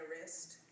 wrist